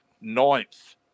ninth